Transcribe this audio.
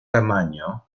tamaño